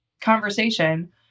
conversation